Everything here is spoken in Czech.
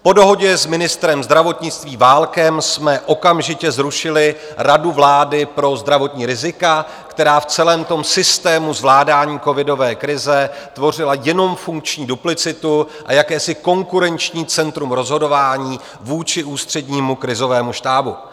Po dohodě s ministrem zdravotnictví Válkem jsme okamžitě zrušili Radu vlády pro zdravotní rizika, která v celém systému zvládání covidové krize tvořila jenom funkční duplicitu a jakési konkurenční centrum rozhodování vůči Ústřednímu krizovému štábu.